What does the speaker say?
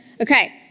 Okay